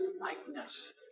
likeness